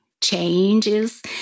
changes